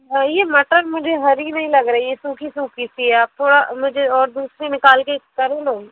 ये मटर मुझे हरी नहीं लग रही है सूखी सूखी सी है आप थोड़ा मुझे और दूसरी निकाल के करो ना